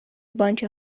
بانک